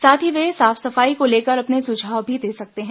साथ ही वे साफ सफाई को लेकर अपने सुझाव भी दे सकते हैं